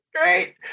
Great